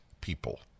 people